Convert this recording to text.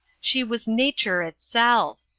she was nature itself!